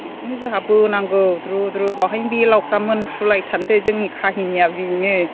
बेखौनो जोंहा बोनांगौ द्रु द्रु बेवहायनो बेलावफोरा मोनफ्रुलायथारनोसै जोंनि काहिनिया बेनो